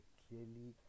clearly